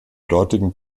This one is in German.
dortigen